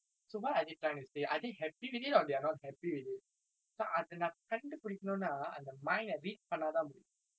so அது நான் கண்டுபிடிக்கணும்னா அந்த:athu naan kandupidikkanumnaa antha mind eh read பண்ணா தான் முடியும்:pannaa thaan mudiyum